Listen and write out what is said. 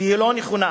ולא נכונה.